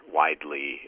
widely